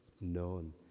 known